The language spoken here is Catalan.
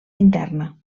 interna